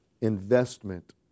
investment